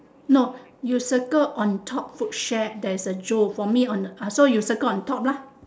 no you circle on top food share there is a joe for me on the so you circle on top lah